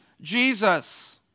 Jesus